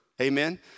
amen